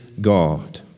God